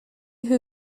who